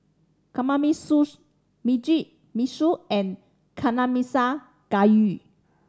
Kamameshi Mugi Meshi and Nanakusa Gayu